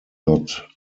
not